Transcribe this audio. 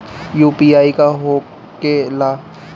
UPI का होके ला?